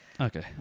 Okay